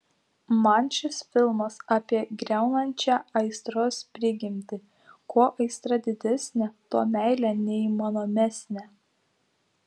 man šis filmas apie griaunančią aistros prigimtį kuo aistra didesnė tuo meilė neįmanomesnė